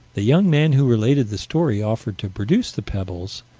the young man who related the story offered to produce the pebbles,